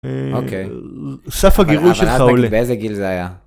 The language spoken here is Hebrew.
אוקי, סף הגירוי שלך עולה.באיזה גיל זה היה